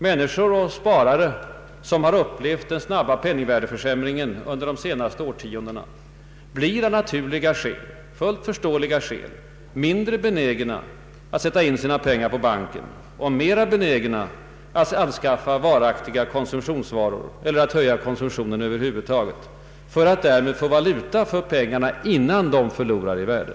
Människor och sparare som har upplevt den snabba penningvärdeförsämringen under de senaste årtiondena blir av naturliga skäl mindre benägna att sätta in sina pengar på banken och mera benägna att anskaffa varaktiga konsumtionsvaror eller att höja konsumtionen för att därmed få valuta för pengarna innan dessa förlorar i värde.